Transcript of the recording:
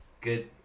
good